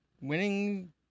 winning